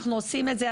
אנחנו עושים את זה,